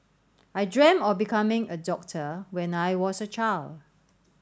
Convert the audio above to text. I dreamt of becoming a doctor when I was a child